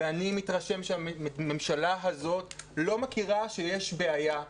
ואני מתרשם שהממשלה הזאת לא מכירה בכך שיש בעיה,